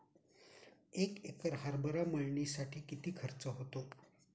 एक एकर हरभरा मळणीसाठी किती खर्च होतो?